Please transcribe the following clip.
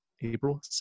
April